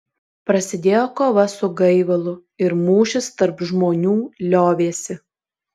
prasidėjo kova su gaivalu ir mūšis tarp žmonių liovėsi